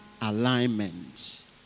alignment